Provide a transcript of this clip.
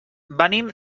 venim